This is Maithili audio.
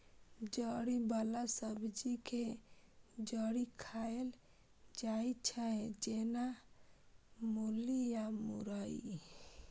जड़ि बला सब्जी के जड़ि खाएल जाइ छै, जेना मूली या मुरइ